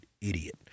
idiot